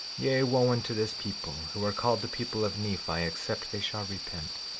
yea, wo unto this people who are called the people of nephi except they shall repent,